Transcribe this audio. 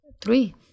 three